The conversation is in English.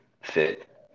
fit